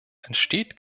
entsteht